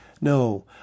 No